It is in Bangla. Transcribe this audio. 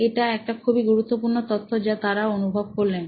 এটা একটা খুবই গুরুত্বপূর্ণ তথ্য তা অনুভব করলেন